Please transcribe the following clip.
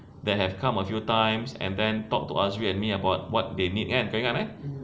that have come a few times and then talk to azri and me about what they need kan kau ingat eh